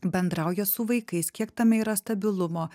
bendrauja su vaikais kiek tame yra stabilumo